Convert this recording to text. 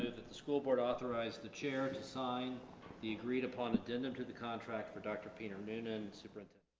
the the school board authorize the chair to sign the agreed upon addendum to the contract for dr. peter noonan, superintendent?